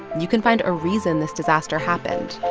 you can find a reason this disaster happened.